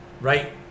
right